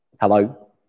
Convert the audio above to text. hello